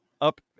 up